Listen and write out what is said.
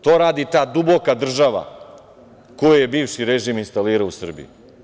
To radi ta duboka država koji je bivši režim instalirao u Srbiji.